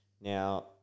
Now